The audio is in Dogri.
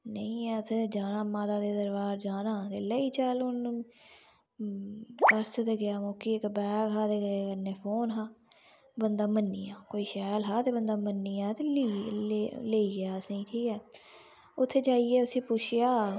नेईं ऐ ते माता दे दरबार जाना ते लेई चल पर्स ते गेआ गोआची ते इक बैग हा ते कन्नै फोन हा बंदी मनिया कोई शाल हा ते मनिया ते लेइया असें गी उत्थै जाइयै उस्सी पुच्छेआ